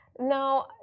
Now